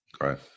right